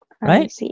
right